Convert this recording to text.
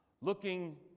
looking